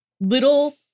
little